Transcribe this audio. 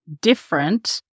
different